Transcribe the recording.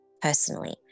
personally